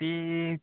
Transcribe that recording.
तीं